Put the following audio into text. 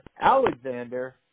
Alexander